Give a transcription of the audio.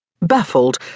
Baffled